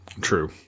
true